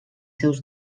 seus